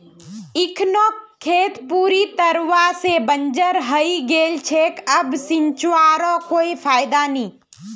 इखनोक खेत पूरी तरवा से बंजर हइ गेल छेक अब सींचवारो कोई फायदा नी